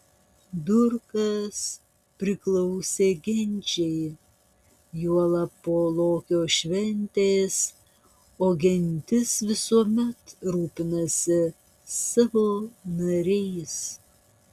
durkas priklausė genčiai juolab po lokio šventės o gentis visuomet rūpinasi savo nariais